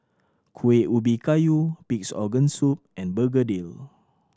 Kueh Ubi Kayu Pig's Organ Soup and begedil